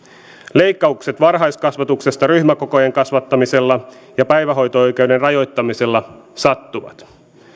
leikkaukset varhaiskasvatuksesta ryhmäkokojen kasvattamisella ja päivähoito oikeuden rajoittamisella sattuvat